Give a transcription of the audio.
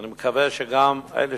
ואני מקווה שגם אלה